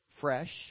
fresh